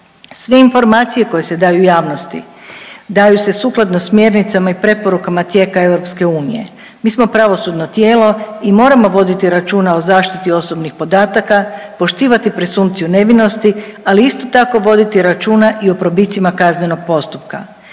sve informacije koje se daju javnosti daju se sukladno smjernicama i preporukama tijeka EU. Mi smo pravosudno tijelo i moramo voditi računa o zaštiti osobnih podataka, poštivati presumpciju nevinosti, ali isto tako voditi računa i o probicima kaznenog postupka.